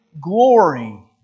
glory